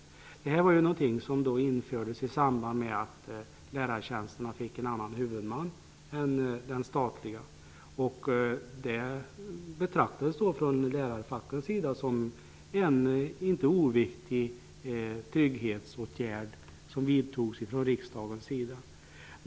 Detta infördes i samband med att lärartjänsterna fick en annan huvudman än den statliga. Det betraktades från lärarfackets sida som en inte oviktig trygghetsåtgärd från riksdagens sida.